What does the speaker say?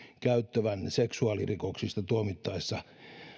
käyttävän seksuaalirikoksista tuomittaessa